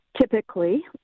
typically